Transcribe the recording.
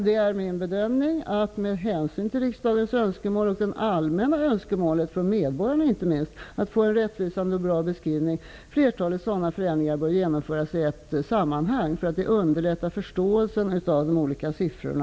Det är min bedömning att, med hänsyn till riksdagens önskemål och inte minst det allmänna önskemålet från medborgarna om en rättvisande och bra beskrivning, flertalet sådana förändringar bör genomföras i ett och samma sammanhang. Det underlättar förståelsen av de olika siffrorna.